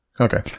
Okay